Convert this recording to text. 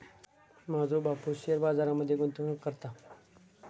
माझो बापूस शेअर बाजार मध्ये गुंतवणूक करता